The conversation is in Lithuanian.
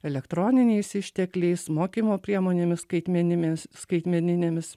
elektroniniais ištekliais mokymo priemonėmis skaitmenimis skaitmeninėmis